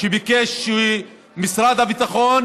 שביקש שמשרד הביטחון